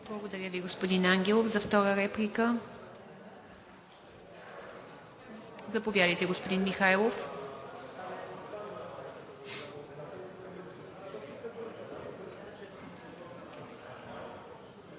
Благодаря Ви, господин Ангелов. За втора реплика. Заповядайте господин Михайлов.